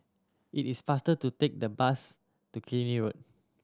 it is faster to take the bus to Killiney Road